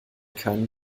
kein